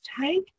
take